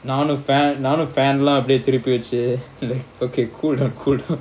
நானும்:naanum fan லாம் அப்டியே திருப்பி வச்சு:lam apdiye thirubi vachu okay cool down cool down